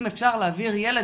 אם אפשר להעביר ילד,